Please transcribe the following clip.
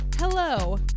Hello